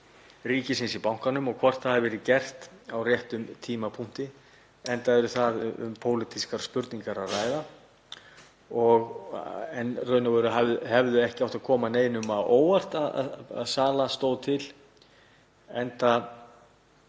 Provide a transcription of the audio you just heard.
ríkisins í bankanum og hvort það hafi verið gert á réttum tímapunkti, enda er þar um pólitískar spurningar að ræða. Í raun og veru hefði það ekki átt að koma neinum á óvart að sala stóð til